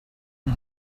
and